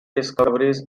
discoveries